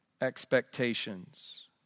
expectations